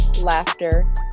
laughter